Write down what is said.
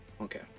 Okay